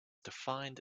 defined